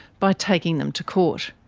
by taking them to court.